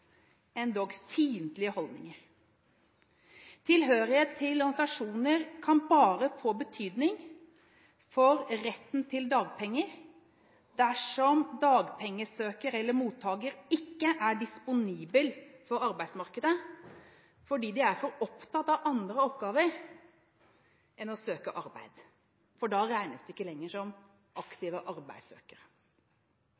fiendtlige, holdninger. Tilhørighet til organisasjoner kan bare få betydning for retten til dagpenger dersom dagpengesøkere eller dagpengemottakere ikke er disponible for arbeidsmarkedet fordi de er for opptatt av andre oppgaver enn å søke arbeid – for da regnes de ikke lenger som